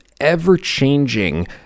ever-changing